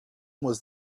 was